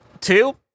Two